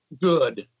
good